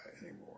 anymore